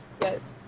Yes